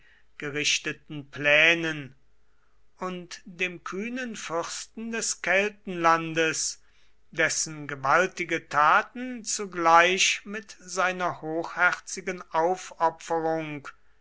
gerichteten plänen und dem kühnen fürsten des keltenlandes dessen gewaltige taten zugleich mit seiner hochherzigen